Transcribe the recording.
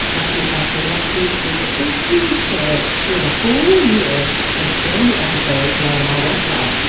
let's meet back here next week in the fuuuture. we have a whole year of brand-new episodes, now that i'm all rested up.